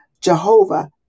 Jehovah